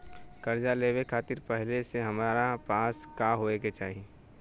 कर्जा लेवे खातिर पहिले से हमरा पास का होए के चाही?